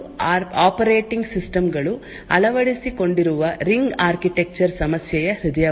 ಎಲ್ಲಾ ಪ್ರೊಸೆಸರ್ ಗಳು ಮತ್ತು ಆಪರೇಟಿಂಗ್ ಸಿಸ್ಟಮ್ ಗಳು ಅಳವಡಿಸಿಕೊಂಡಿರುವ ರಿಂಗ್ ಆರ್ಕಿಟೆಕ್ಚರ್ ಸಮಸ್ಯೆಯ ಹೃದಯವಾಗಿದೆ